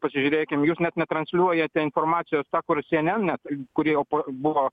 pasižiūrėkim jūs net netransliuojate informacijos ta kur syenen net kuri jau buvo